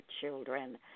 children